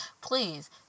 please